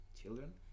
children